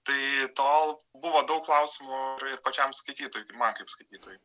tai tol buvo daug klausimų ir pačiam skaitytojui ir man kaip skaitytojui